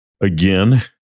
again